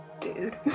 dude